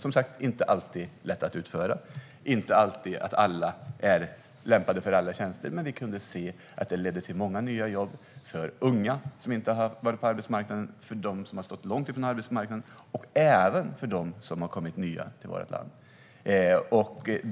De är inte alltid enkla att utföra, och det är inte alltid som alla är lämpade för alla tjänster, men vi kunde se att reformen ledde till många nya jobb för unga som inte varit på arbetsmarknaden tidigare, för dem som stått långt från arbetsmarknaden och även för dem som har kommit nya till vårt land.